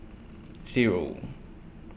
Zero